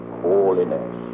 holiness